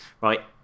right